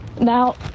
Now